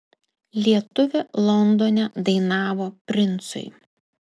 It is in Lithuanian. lietuvė londone dainavo princui